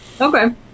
Okay